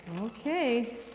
Okay